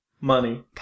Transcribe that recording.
Money